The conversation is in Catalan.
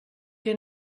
que